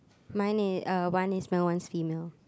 mine is uh one is male one female